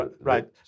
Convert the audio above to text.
right